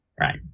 Right